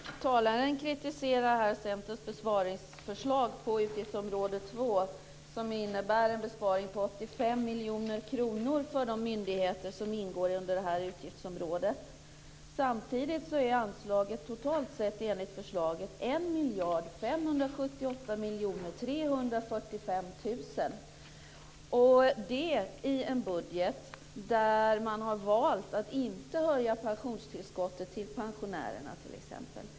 Herr talman! Talaren kritiserar Centerns besparingsförslag på utgiftsområde 2, som innebär en besparing på 85 miljoner kronor för de myndigheter som ingår i detta utgiftsområde. Samtidigt är anslaget totalt sett enligt förslaget 1 578 345 000 kr, och detta i en budget där man t.ex. har valt att inte höja pensionstillskottet till pensionärerna.